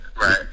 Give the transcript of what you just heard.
Right